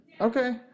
Okay